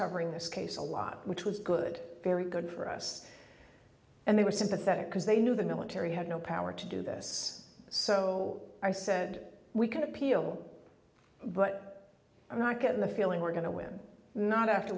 covering this case a lot which was good very good for us and they were sympathetic because they knew the military had no power to do this so i said we can appeal but i'm not getting the feeling we're going to win not after